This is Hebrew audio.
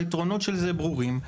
היתרונות של זה ברורים.